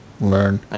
learn